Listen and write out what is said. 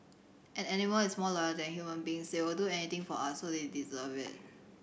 an animal is more loyal than human beings they will do anything for us so they deserve it